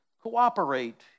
cooperate